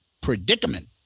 Predicament